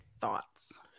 thoughts